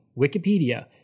Wikipedia